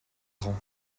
rangs